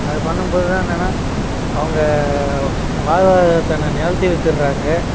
அது பண்ணும்போது தான் என்னென்னா அவங்க வாழ்வாதாரத்திற்கான நிலத்தையும் விற்றுட்றாங்க